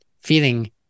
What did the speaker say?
feeling